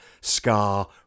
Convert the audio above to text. Scar